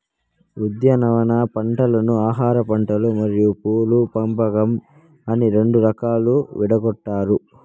ఉద్యానవన పంటలను ఆహారపంటలు మరియు పూల పంపకం అని రెండు రకాలుగా విడగొట్టారు